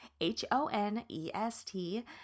H-O-N-E-S-T